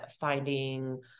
finding